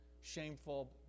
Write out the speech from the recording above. shameful